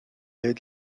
aide